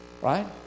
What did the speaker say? Right